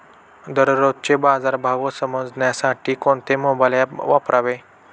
दररोजचे बाजार भाव समजण्यासाठी कोणते मोबाईल ॲप वापरावे?